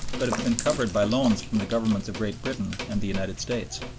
but have been covered by loans from the governments of great britain and the united states.